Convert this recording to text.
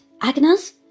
Agnes